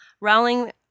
Rowling